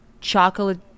chocolate